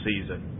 season